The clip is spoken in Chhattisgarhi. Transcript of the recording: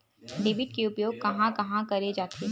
डेबिट के उपयोग कहां कहा करे जाथे?